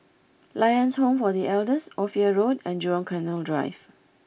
Lions Home for The Elders Ophir Road and Jurong Canal Drive